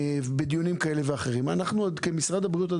כמשרד הבריאות,